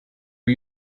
are